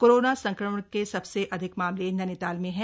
corona संक्रमण के सबसे अधिक मामले नैनीताल में हैं